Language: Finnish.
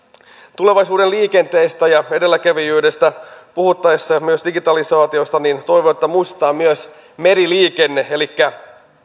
tulevaisuuden liikenteestä edelläkävijyydestä ja myös digitalisaatiosta puhuttaessa toivon että muistetaan myös meriliikenne elikkä